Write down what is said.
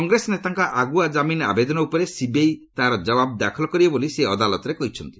କଂଗ୍ରେସ ନେତାଙ୍କ ଆଗୁଆ କାମିନ୍ ଆବେଦନ ଉପରେ ସିବିଆଇ ତାହାର ଜବାବ ଦାଖଲ କରିବ ବୋଲି ସେ ଅଦାଲତରେ କହିଛନ୍ତି